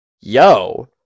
Yo